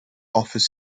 offers